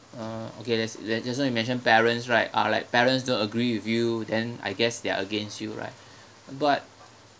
uh okay that's ju~ just now you mention parents right ah like parents don't agree with you then I guess they're against you right but